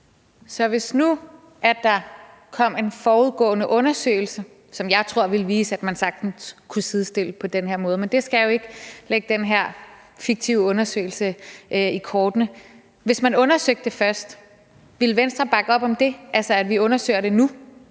Så hvis nu der kom en forudgående undersøgelse, som jeg tror ville vise at man sagtens kunne sidestille det på den her måde – men det skal jeg jo ikke tillægge den her fiktive undersøgelse – ville Venstre så bakke op om det? Altså, hvis vi undersøgte det nu